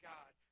God